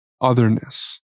otherness